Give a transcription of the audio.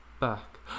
back